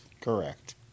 Correct